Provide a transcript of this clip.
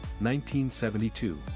1972